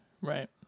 Right